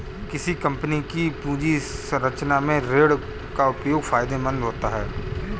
किसी कंपनी की पूंजी संरचना में ऋण का उपयोग फायदेमंद होता है